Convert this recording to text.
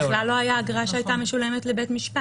זה בכלל לא היה אגרה שהייתה משולמת לבית משפט.